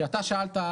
שאתה שאלת,